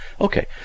okay